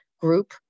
group